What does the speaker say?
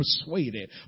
persuaded